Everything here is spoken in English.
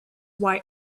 why